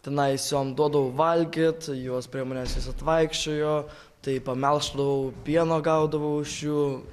tenais jom duodavo valgyt jos prie manęs visad vaikščiojo tai pamelšdavau pieno gaudavau iš jų